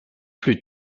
plus